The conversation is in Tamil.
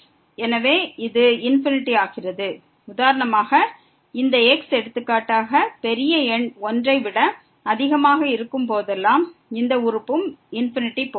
எனவே இது ∞ ஆகிறது உதாரணமாக இந்த x எடுத்துக்காட்டாக பெரிய எண் 1 ஐ விட அதிகமாக இருக்கும் போதெல்லாம் இந்த உறுப்பும் ∞க்கு போகிறது